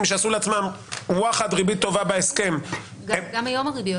שעשו לעצמם וואחאד ריבית טובה בהסכם --- גם היום הריביות